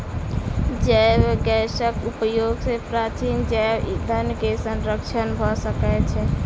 जैव गैसक उपयोग सॅ प्राचीन जैव ईंधन के संरक्षण भ सकै छै